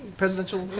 presidential